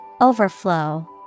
Overflow